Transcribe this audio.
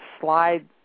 slide